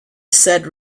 said